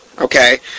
Okay